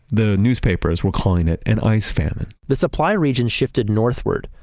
the newspapers were calling it an ice famine the supply region shifted northward,